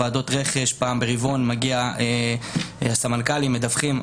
ועדות רכש פעם ברבעון הסמנכ"לים מדווחים.